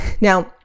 Now